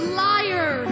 liar